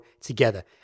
together